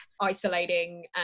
isolating